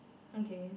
okay